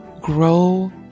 grow